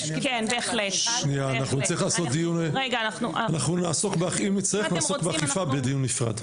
אם נצטרך נעסוק באכיפה בדיון נפרד.